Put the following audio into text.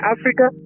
Africa